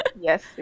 yes